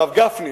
הרב גפני,